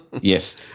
Yes